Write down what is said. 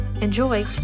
Enjoy